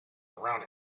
around